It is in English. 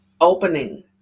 Opening